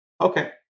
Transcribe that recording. Okay